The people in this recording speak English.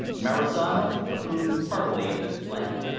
marizano approved heartily of this plan,